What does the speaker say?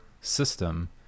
system